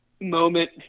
moment